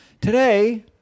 Today